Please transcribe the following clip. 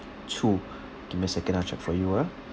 two give me a second ah check for you ah